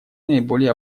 наиболее